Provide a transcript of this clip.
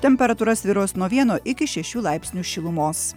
temperatūra svyruos nuo vieno iki šešių laipsnių šilumos